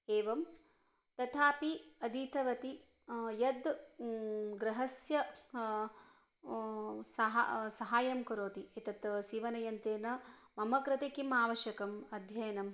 एवं तथापि अधीतवती यत् गृहस्य सहायं सहायं करोति एतत् सीवनयन्त्रेण मम कृते किम् आवश्यकम् अध्ययनं